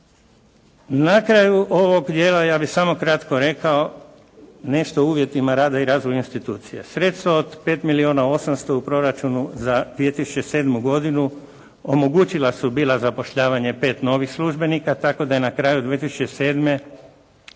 Na kraju ovog dijela ja bih samo kratko rekao nešto o uvjetima rada i razvoju institucije. Sredstva od 5 milijuna 800 u proračunu za 2007. godinu omogućila su bila zapošljavanje 5 novih službenika tako da je na kraju 2007. bilo